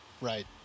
Right